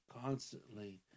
constantly